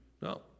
no